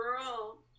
girl